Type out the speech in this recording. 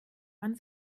man